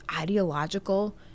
ideological